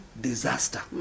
disaster